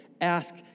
Ask